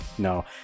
no